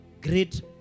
great